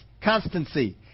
Constancy